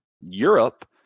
Europe